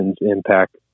impact